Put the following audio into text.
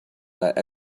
that